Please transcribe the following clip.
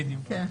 בדיוק.